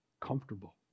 comfortable